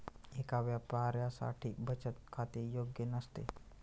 एका व्यापाऱ्यासाठी बचत खाते योग्य नसते